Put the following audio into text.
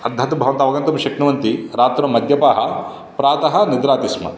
अर्थात् भवता अवगन्तुं शक्नुवन्ति रात्र मद्यपाः प्रातः निद्राति स्म